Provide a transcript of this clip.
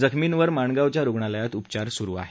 जखमींवर माणगावच्या रूग्णालयात उपचार सुरू आहेत